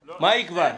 המוגבלות?